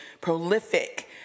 prolific